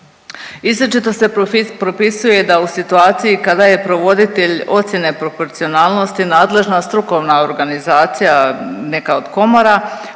Izričito se propisuje da u situaciji kada je provoditelj ocjene proporcionalnosti nadležna strukovna organizacija, neka od komora